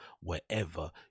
wherever